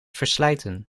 verslijten